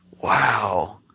wow